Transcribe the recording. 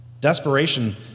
Desperation